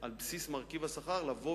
על בסיס מרכיב השכר לבוא